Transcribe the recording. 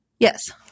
Yes